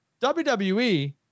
wwe